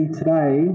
today